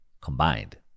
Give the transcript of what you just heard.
combined